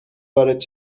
وارد